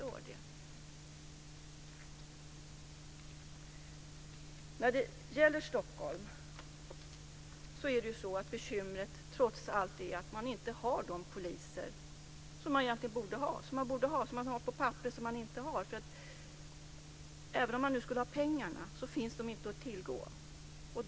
Bekymret i Stockholm är trots allt att man inte har de poliser som man borde ha, de som finns på papperet men som man inte har. Även om man skulle ha pengarna finns de poliserna inte att tillgå.